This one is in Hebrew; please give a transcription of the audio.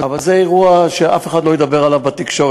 אבל זה אירוע שאף אחד לא ידבר עליו בתקשורת.